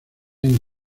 line